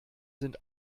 sind